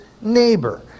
neighbor